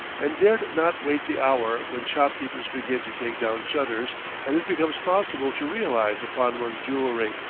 and dared not wait the hour when shopkeepers begin to take down shutters and it becomes possible to realize upon one's jewelry.